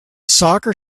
soccer